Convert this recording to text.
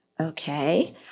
okay